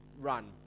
run